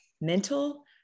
mental